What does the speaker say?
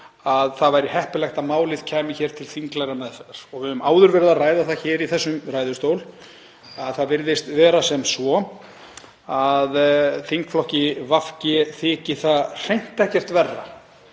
að það væri heppilegt að málið kæmi hér til þinglegrar meðferðar. Við höfum áður verið að ræða það hér í þessum ræðustól að það virðist vera sem svo að í þingflokki VG þyki það hreint ekkert verra